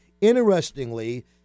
interestingly